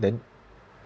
then